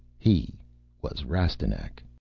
he was rastignac.